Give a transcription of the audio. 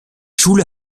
schule